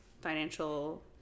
financial